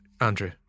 Andrew